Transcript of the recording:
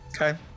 Okay